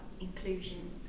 inclusion